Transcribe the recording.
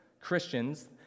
Christians